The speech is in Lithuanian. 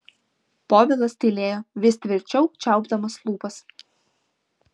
povilas tylėjo vis tvirčiau čiaupdamas lūpas